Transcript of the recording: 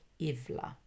Ivla